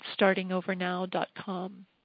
startingovernow.com